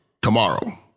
Tomorrow